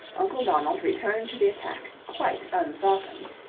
uncle donald returned to the attack quite un-softened.